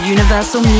Universal